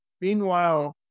Meanwhile